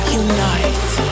unite